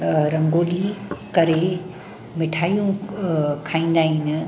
रंगोली करे मिठाइयूं खाईंदा आहिनि